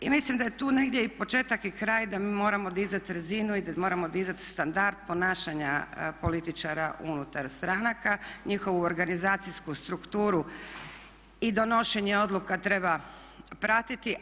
I mislim da je tu negdje i početak i kraj, da mi moramo dizat razinu i da moramo dizat standard ponašanja političara unutar stranaka, njihovu organizacijsku strukturu i donošenje odluka treba pratiti.